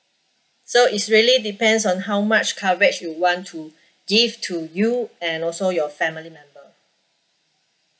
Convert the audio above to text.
so it's really depends on how much coverage you want to give to you and also your family member